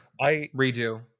Redo